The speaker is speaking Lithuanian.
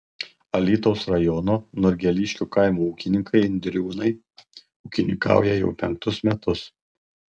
alytaus rajono norgeliškių kaimo ūkininkai indriūnai ūkininkauja jau penktus metus